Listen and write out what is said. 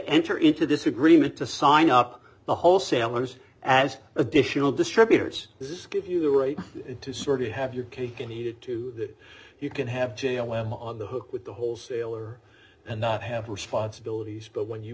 enter into this agreement to sign up the wholesalers as additional distributors this gives you the right to sort of have your cake and eat it too that you can have jail em on the hook with the wholesaler and not have responsibilities but when you